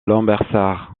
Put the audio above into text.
lambersart